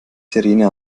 sirene